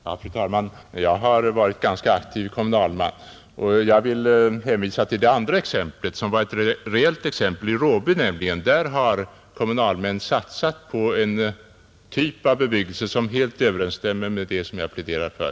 Fru talman! Jag har varit en ganska aktiv kommunalman, och jag vill i detta sammanhang hänvisa till det andra exemplet, som var ett reellt fall, nämligen Råby. Där har kommunalmän satsat på en typ av bebyggelse som helt överensstämmer med vad jag pläderar för.